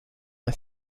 the